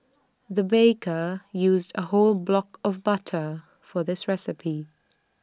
the baker used A whole block of butter for this recipe